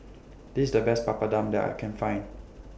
This IS The Best Papadum that I Can Find